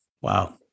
Wow